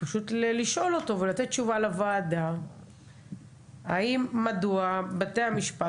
פשוט לשאול אותו ולתת תשובה לוועדה מדוע בתי המשפט,